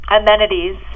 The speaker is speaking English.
amenities